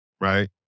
Right